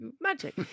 Magic